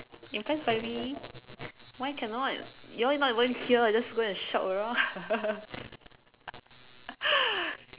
impressed by me why cannot you all not even here just go and shop around ah